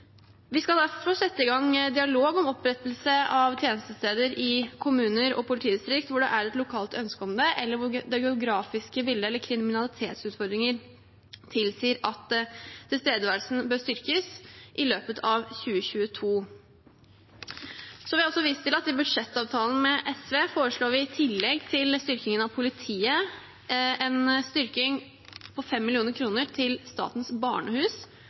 Vi skal derfor sette i gang en dialog om opprettelse av tjenestesteder i kommuner og politidistrikt hvor det er et lokalt ønske om det, eller hvor det geografiske bildet eller kriminalitetsutfordringer tilsier at tilstedeværelsen bør styrkes, i løpet av 2022. Så vil jeg også vise til at vi i budsjettavtalen med SV foreslår, i tillegg til styrkingen av politiet, en styrking på 5 mill. kr til Statens barnehus,